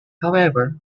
however